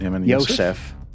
Yosef